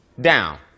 Down